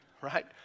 right